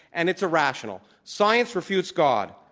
and it's irrational. science refutes god,